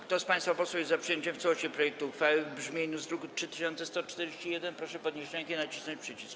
Kto z państwa posłów jest za przyjęciem w całości projektu uchwały w brzmieniu z druku nr 3141, proszę podnieść rękę i nacisnąć przycisk.